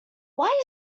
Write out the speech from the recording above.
why